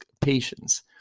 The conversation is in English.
patients